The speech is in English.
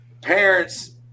Parents